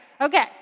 Okay